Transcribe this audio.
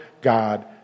God